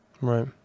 Right